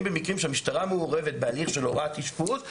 במקרים שהמשטרה מעורבת בהליך של הוראת אשפוז.